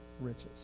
riches